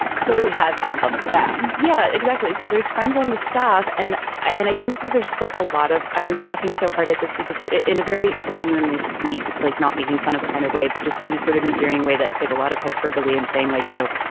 so he has friends on the staff. yeah, exactly. so there's friends on the staff. and i and i think that there's like a lot of i was laughing so hard at this because in a very genuinely sweet like not making fun of kind of way, but just in a sort of endearing way that it's like a lot of hyperbole and saying like, you know,